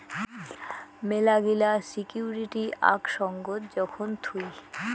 মেলাগিলা সিকুইরিটি আক সঙ্গত যখন থুই